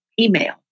email